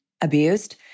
abused